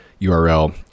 url